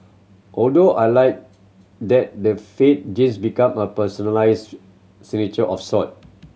although I liked that the faded jeans became a personalised signature of sort